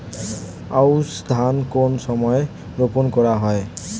আউশ ধান কোন সময়ে রোপন করা হয়?